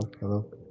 hello